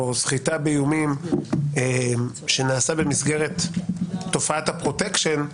סחיטה באיומים שנעשה במסגרת תופעת הפרוטקשן,